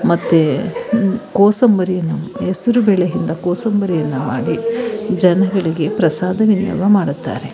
ಮತ್ತು ಕೋಸುಂಬರಿಯನ್ನು ಹೆಸರುಬೇಳೆಯಿಂದ ಕೋಸುಂಬರಿಯನ್ನು ಮಾಡಿ ಜನಗಳಿಗೆ ಪ್ರಸಾದ ವಿನಿಯೋಗ ಮಾಡುತ್ತಾರೆ